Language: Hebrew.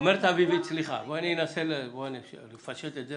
אני אנסה לפשט את זה.